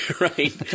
Right